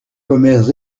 commères